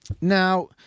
Now